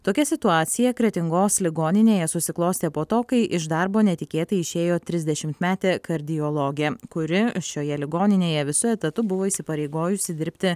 tokia situacija kretingos ligoninėje susiklostė po to kai iš darbo netikėtai išėjo trisdešimtmetė kardiologė kuri šioje ligoninėje visu etatu buvo įsipareigojusi dirbti